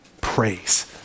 praise